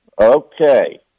Okay